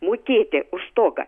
mokėti už stogą